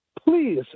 please